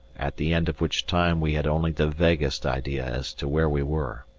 at the end of which time we had only the vaguest idea as to where we were.